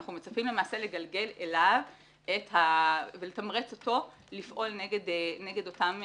אנחנו מצפים למעשה לגלגל אליו ולתמרץ אותו לפעול נגד אותם מבעירים.